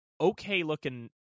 okay-looking